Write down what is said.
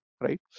Right